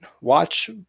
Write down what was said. watch